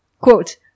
quote